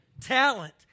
talent